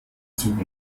zug